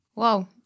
Wow